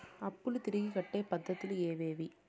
అప్పులు తిరిగి కట్టే పద్ధతులు ఏవేవి